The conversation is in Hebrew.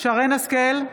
שרן מרים השכל,